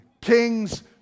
King's